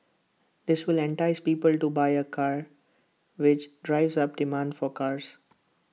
this will entice people to buy A car which drives up demand for cars